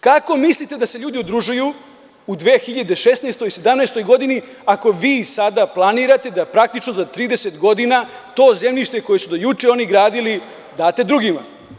Kako mislite da se ljudi udružuju u 2016, 2017. godini ako vi sada planirate da praktično za 30 godina to zemljište koje su do juče oni gradili date drugima?